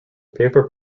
paper